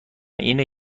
اینه